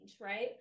right